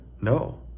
No